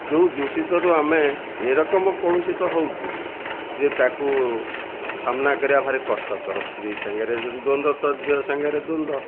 ଯେଉଁ ଦୂଷିତରୁ ଆମେ ଏ ରକମ କଳୁଷିତ ହେଉଛୁ ଯେ ତାକୁ ସାମ୍ନା କରିବା ଭାରି କଷ୍ଟକର ସ୍ତ୍ରୀ ସାଙ୍ଗରେ ଦ୍ଵନ୍ଦ ତ ଝିଅ ସାଙ୍ଗରେ ଦ୍ଵନ୍ଦ